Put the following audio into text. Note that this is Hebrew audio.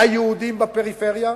ליהודים בפריפריה,